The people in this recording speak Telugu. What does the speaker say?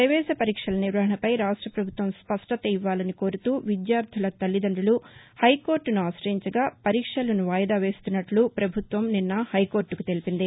ప్రపేశ పరీక్షల నిర్వహణపై రాష్ట ప్రభుత్వం స్పష్టత ఇవ్వాలని కోరుతూ విద్యార్దుల తల్లిదండులు హైకోర్టును ఆశయించగా పరీక్షలను వాయిదా వేస్తున్నట్లు పభుత్వం నిన్న హైకోర్టకు తెలిపింది